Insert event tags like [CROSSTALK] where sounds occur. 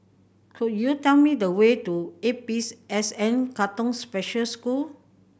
could you tell me the way to A P [UNINTELLIGIBLE] S N Katong Special School